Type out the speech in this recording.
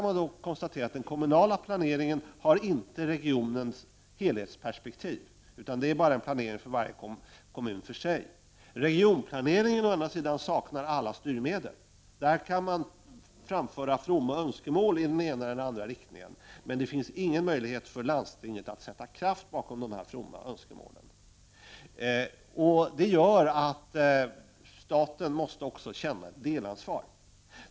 Men den kommunala planeringen har inte regionens helhetsperspektiv, utan det är bara en planering för varje kommun för sig. Regionplaneringen å andra sidan saknar alla styrmedel. Det går att framföra fromma önskemål i den ena eller andra riktningen, men det finns ingen möjlighet för landstinget att sätta kraft bakom de fromma önskemålen. Detta leder till att staten måste känna ett delansvar.